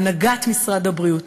מהנהגת משרד הבריאות.